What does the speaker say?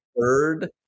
third